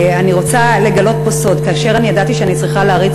אני רוצה לגלות פה סוד: כאשר אני ידעתי שאני צריכה להריץ